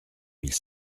mille